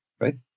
Right